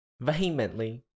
Vehemently